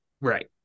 Right